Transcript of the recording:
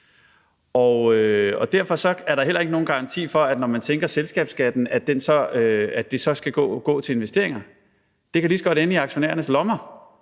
derfor er der heller ikke nogen garanti for, når man sænker selskabsskatten, at det så skal gå til investeringer; det kan lige så godt ende i aktionærernes lommer,